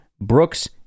Brooks